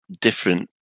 different